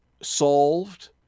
solved